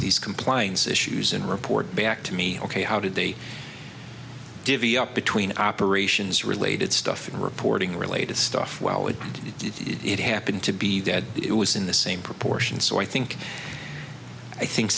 these compliance issues and report back to me ok how did they divvy up between operations related stuff and reporting related stuff while we did it happen to be that it was in the same proportion so i think i think